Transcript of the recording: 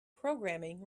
programming